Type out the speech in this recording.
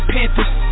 Panthers